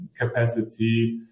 capacity